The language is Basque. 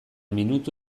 minutu